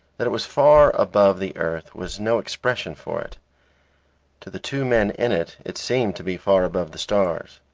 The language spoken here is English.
that it was far above the earth was no expression for it to the two men in it, it seemed to be far above the stars.